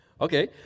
Okay